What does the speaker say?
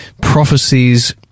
prophecies